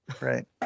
Right